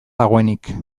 dagoenik